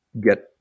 get